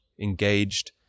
engaged